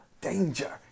danger